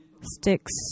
sticks